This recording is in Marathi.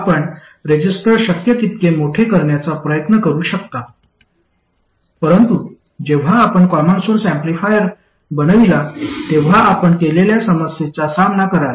आपण रेझिस्टर शक्य तितके मोठे करण्याचा प्रयत्न करू शकता परंतु जेव्हा आपण कॉमन सोर्स ऍम्प्लिफायर बनविला तेव्हा आपण केलेल्या समस्येचा सामना कराल